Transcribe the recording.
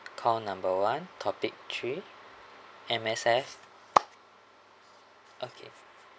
call number one topic three M_S_F okay